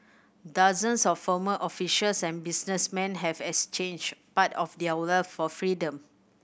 dozens of former officials and businessmen have exchanged part of their for freedom